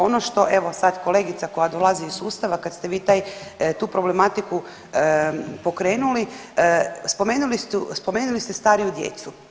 Ono što evo, sad kolegica koja dolazi iz sustava, kad ste vi taj, tu problematiku pokrenuli, spomenuli ste stariju djecu.